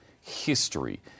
history